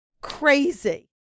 crazy